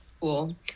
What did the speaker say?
Cool